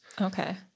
Okay